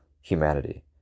humanity